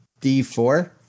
d4